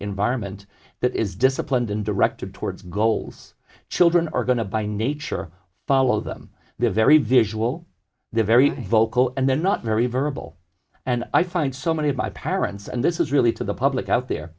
environment that is disciplined and directed towards goals children are going to by nature follow them very visual the very vocal and they're not very verbal and i find so many of my parents and this is really to the public out there